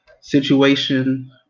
situation